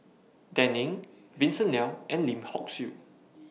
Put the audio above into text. Dan Ying Vincent Leow and Lim Hock Siew